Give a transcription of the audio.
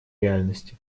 реальности